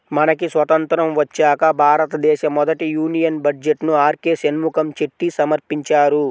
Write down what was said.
మనకి స్వతంత్రం వచ్చాక భారతదేశ మొదటి యూనియన్ బడ్జెట్ను ఆర్కె షణ్ముఖం చెట్టి సమర్పించారు